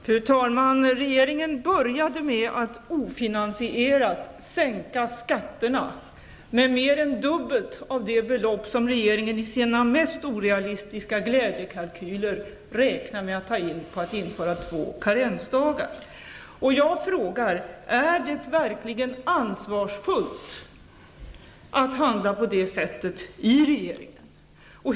Fru talman! Regeringen började med att ofinansierat sänka skatterna med mer än dubbelt av det belopp som regeringen i sina mest orealistiska glädjekalkyler räknade med att ta in på att införa två karensdagar. Jag frågar: Är det verkligen ansvarsfullt att handla på det sättet i regeringen?